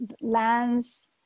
lands